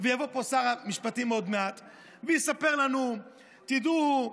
יבוא לפה שר המשפטים עוד מעט ויספר לנו: תדעו,